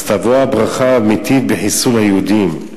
אז תבוא הברכה האמיתית בחיסול היהודים.